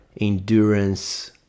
endurance